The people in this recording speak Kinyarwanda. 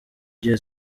gihe